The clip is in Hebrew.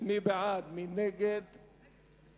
לוועדת החוץ והביטחון לא נתקבלה.